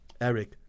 Eric